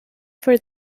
for